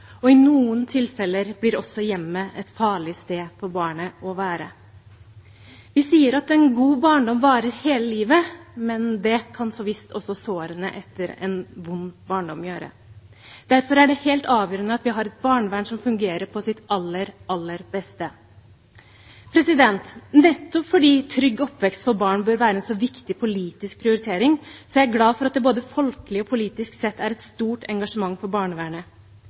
trenger. I noen tilfeller blir også hjemmet et farlig sted å være for barnet. Vi sier at en god barndom varer hele livet, men det kan så visst også sårene etter en vond barndom gjøre. Derfor er det helt avgjørende at vi har et barnevern som fungerer på sitt aller, aller beste. Nettopp fordi en trygg oppvekst for barn bør være en så viktig politisk prioritering, er jeg glad for at det både folkelig og politisk sett er et stort engasjement for barnevernet.